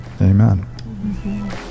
Amen